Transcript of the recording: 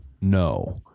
No